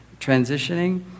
transitioning